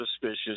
suspicious